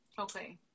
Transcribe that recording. Okay